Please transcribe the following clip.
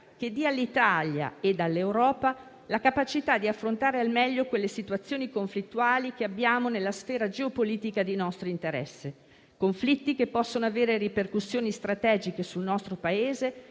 che dia all'Italia e all'Europa la capacità di affrontare al meglio quelle situazioni conflittuali che abbiamo nella sfera geopolitica di nostro interesse. Conflitti che possono avere ripercussioni strategiche sul nostro Paese